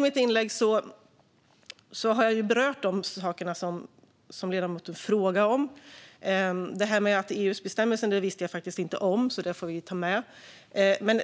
I mitt inlägg har jag berört de saker som ledamoten frågar om. Det här med EU:s bestämmelser visste jag inte om. Det får vi ta med. Men